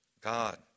God